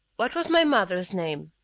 what was my mother's name?